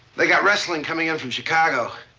they got wrestling coming in from chicago.